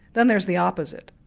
then there's the opposite,